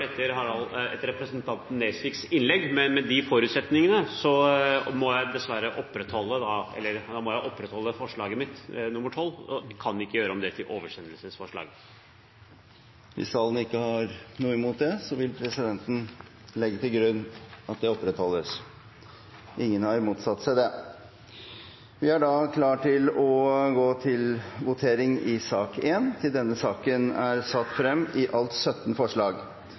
etter representanten Nesviks innlegg, men med de forutsetningene må jeg dessverre opprettholde forslaget mitt, nr. 12, og kan ikke gjøre det om til oversendelsesforslag. Hvis salen ikke har noe imot det, vil presidenten legge til grunn at det opprettholdes. –Ingen har motsatt seg det. Det voteres først over forslag nr. 4, fra Miljøpartiet De Grønne. Forslaget lyder: «Stortinget ber regjeringen fremme forslag for Stortinget om å overføre alle ubrukte midler av de totalt 7,3 milliarder kroner satt av til flyktningkostnader i Norge i 2016, til